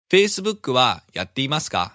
Facebookはやっていますか